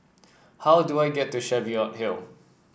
how do I get to Cheviot Hill